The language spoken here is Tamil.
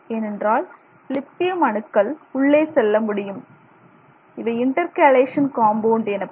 ஏனென்றால் லித்தியம் அணுக்கள் உள்ளே செல்ல முடியும் இவை இன்டர்கேலேஷன் காம்பவுண்டு எனப்படும்